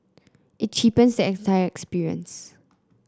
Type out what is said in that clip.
it cheapens the entire experience